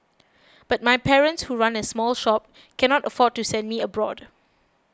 but my parents who run a small shop cannot afford to send me abroad